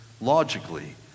logically